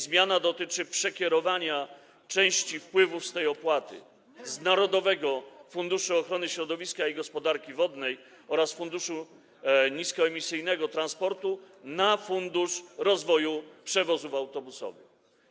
Zmiana dotyczy przekierowania części wpływów z tej opłaty z Narodowego Funduszu Ochrony Środowiska i Gospodarki Wodnej oraz Funduszu Niskoemisyjnego Transportu na fundusz rozwoju przewozów autobusowych.